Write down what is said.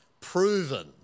proven